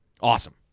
awesome